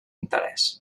interès